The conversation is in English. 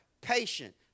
patient